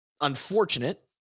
unfortunate